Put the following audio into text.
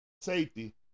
safety